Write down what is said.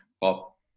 pop